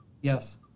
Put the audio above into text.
Yes